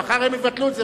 מחר הם יבטלו את זה,